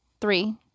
three